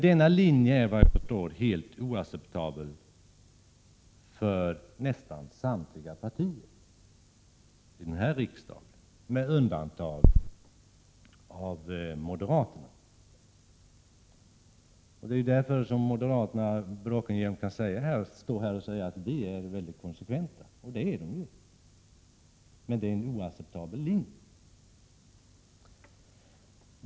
Denna linje är såvitt jag förstår helt oacceptabel för nästan samtliga partier i riksdagen, med undantag av moderaterna. Anita Bråkenhielm står här och säger: Vi är konsekventa. Och det är ni ju, men det är en oacceptabel linje.